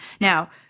Now